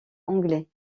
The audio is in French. anglais